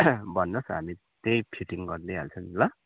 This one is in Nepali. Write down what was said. भन्नुहोस् हामी त्यही फिटिङ गरिदिइहाल्छौँ नि ल